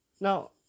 Now